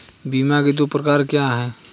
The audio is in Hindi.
बीमा के दो प्रकार क्या हैं?